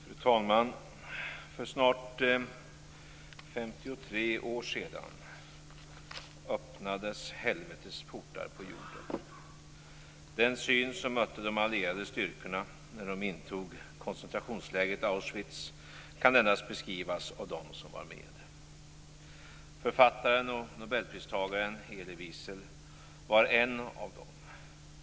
Fru talman! För snart 53 år sedan öppnades helvetets portar på jorden. Den syn som mötte de allierade styrkorna när de intog koncentrationslägret Auschwitz kan endast beskrivas av dem som var med. Författaren och nobelpristagaren Elie Wiesel var en av dem.